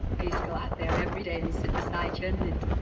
i used to go out there every day and sit beside you and knit.